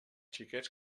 xiquets